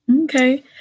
Okay